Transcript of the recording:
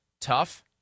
tough